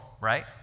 right